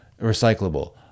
recyclable